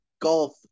golf